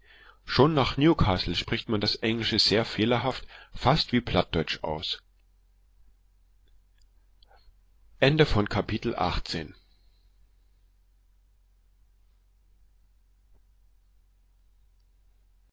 schon nach newcastle spricht man das englische sehr fehlerhaft fast wie plattdeutsch aus